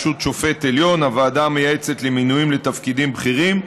הוועדה המייעצת למינויים לתפקידים בכירים,